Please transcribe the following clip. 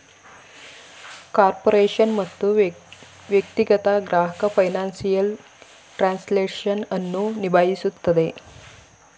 corporation ಮತ್ತು ವ್ಯಕ್ತಿಗತ ಗ್ರಾಹಕ ಫೈನಾನ್ಸಿಯಲ್ ಟ್ರಾನ್ಸ್ಲೇಷನ್ ಅನ್ನು ನಿಭಾಯಿಸುತ್ತದೆ